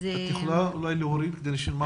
אז קודם